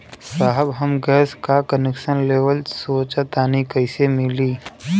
साहब हम गैस का कनेक्सन लेवल सोंचतानी कइसे मिली?